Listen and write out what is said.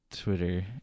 twitter